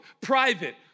private